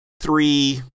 three